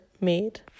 made